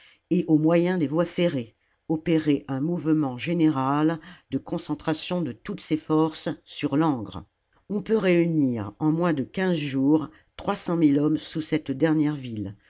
et au moyen des voies ferrées opérer un mouvement général de concentration de toutes ces forces sur langres on peut réunir en moins de quinze jours hommes sous cette dernière ville